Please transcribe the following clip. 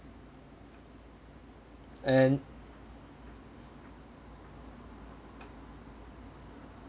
and